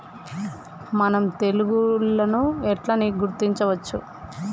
మనం తెగుళ్లను ఎట్లా గుర్తించచ్చు?